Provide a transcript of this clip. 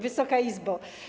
Wysoka Izbo!